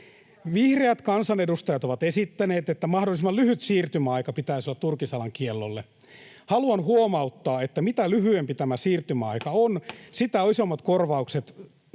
Vihreät kansanedustajat ovat esittäneet, että mahdollisimman lyhyt siirtymäaika pitäisi olla turkisalan kiellolle. Haluan huomauttaa, että mitä lyhyempi tämä siirtymäaika on,